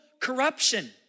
Corruption